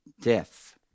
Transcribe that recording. death